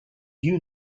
you